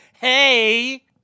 hey